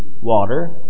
water